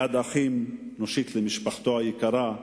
יד אחים נושיט למשפחתו היקרה,